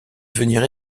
venir